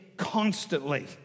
constantly